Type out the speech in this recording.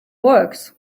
works